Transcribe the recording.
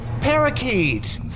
Parakeet